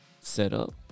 setup